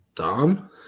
Dom